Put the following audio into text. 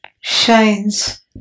shines